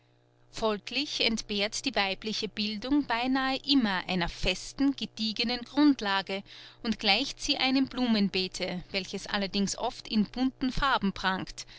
folglich entbehrt die weibliche bildung beinahe immer einer festen gediegenen grundlage und gleicht sie einem blumenbeete welches allerdings oft in bunten farben prangt